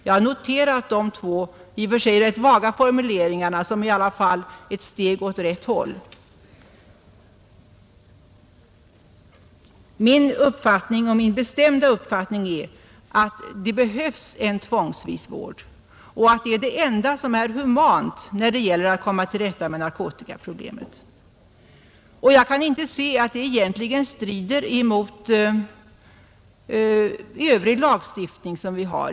Jag har noterat de två i och för sig rätt vaga formuleringarna som i alla fall ett steg åt rätt håll. Min bestämda uppfattning är att det behövs en tvångsvis vård och att det är det enda som är humant när det gäller att komma till rätta med narkotikaproblemet. Jag kan inte se att det egentligen strider mot övrig lagstiftning som vi har.